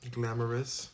Glamorous